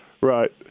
Right